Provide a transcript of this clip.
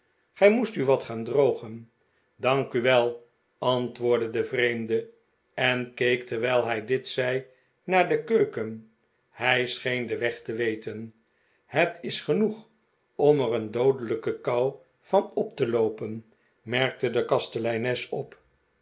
gij moest u wat gaan drogen t dank u wel antwoordde de vreemde en keek terwijl hij dit zei naar de keuken hij scheen den weg te weten het is genoeg om er een doodelijke kou van op te loopen merkte de kasteleines op